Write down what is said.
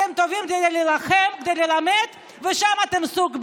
אתם טובים כדי להילחם, כדי ללמד, ושם אתם סוג ב',